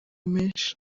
menshi